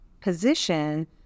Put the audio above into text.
position